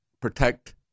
protect